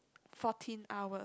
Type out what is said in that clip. fourteen hours